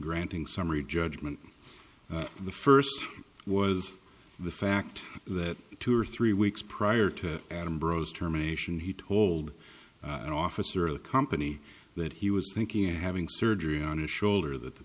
granting summary judgment the first was the fact that two or three weeks prior to adam bros term ation he told an officer of the company that he was thinking of having surgery on his shoulder th